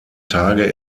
tage